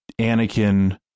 Anakin